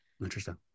Interesting